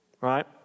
right